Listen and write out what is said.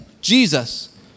Jesus